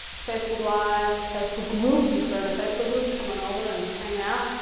facebook lives, facebook group, just started a facebook group, come on over and hang out.